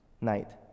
night